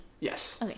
Yes